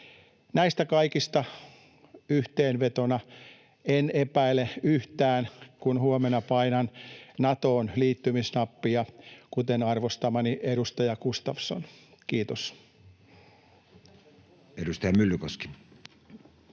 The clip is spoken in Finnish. Näistä kaikista yhteenvetona: en epäile yhtään, kun huomenna painan Natoon liittymisnappia, kuten arvostamani edustaja Gustafsson. — Kiitos. [Speech 82]